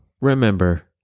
Remember